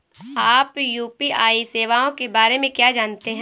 आप यू.पी.आई सेवाओं के बारे में क्या जानते हैं?